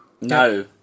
No